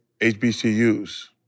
HBCUs